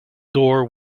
door